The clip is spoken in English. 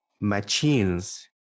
machines